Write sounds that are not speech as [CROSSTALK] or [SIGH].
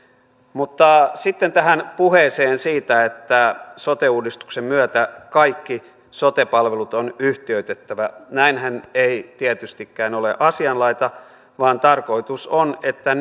mutta sitten tähän puheeseen siitä että sote uudistuksen myötä kaikki sote palvelut on yhtiöitettävä näinhän ei tietystikään ole asianlaita vaan tarkoitus on että [UNINTELLIGIBLE]